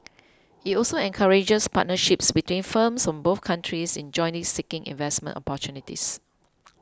it also encourages partnerships between firms from both countries in jointly seeking investment opportunities